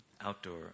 outdoor